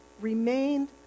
remained